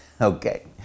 Okay